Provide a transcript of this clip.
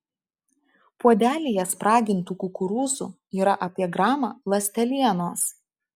puodelyje spragintų kukurūzų yra apie gramą ląstelienos